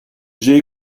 j’ai